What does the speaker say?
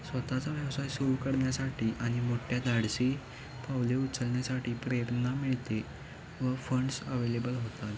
स्वत चा व्यवसाय सुरू करण्यासाठी आणि मोछ्या धाडशी पावले उचलण्यासाठी प्रेरणा मिळते व फंड्स अववेलेबल होतात